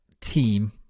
team